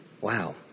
Wow